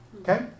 okay